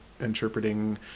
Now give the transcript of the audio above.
interpreting